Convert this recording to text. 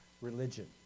religion